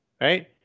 Right